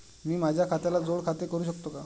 मी माझ्या खात्याला जोड खाते करू शकतो का?